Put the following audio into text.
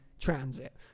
Transit